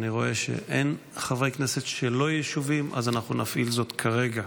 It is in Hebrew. ברשות יושב-ראש הכנסת, אני מתכבד להודיעכם,